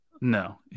no